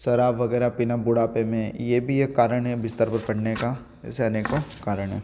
शराब वगैरह पीना बुढ़ापे में ये भी एक कारण है बिस्तर पर पड़ने का ऐसे अनेकों कारण हैं